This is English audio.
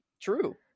True